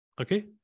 Okay